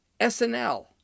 SNL